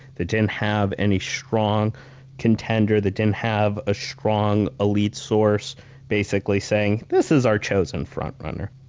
that didn't have any strong contender. that didn't have a strong, elite source basically saying, this is our chosen front-runner.